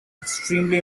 extremely